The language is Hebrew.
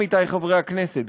עמיתי חברי הכנסת,